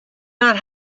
not